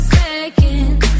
seconds